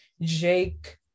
jake